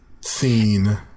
scene